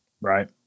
Right